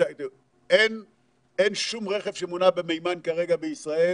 אין שום רכב שמונע במימן כרגע בישראל